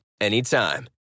anytime